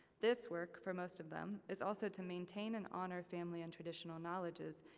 this work, for most of them, is also to maintain and honor family and traditional knowledges,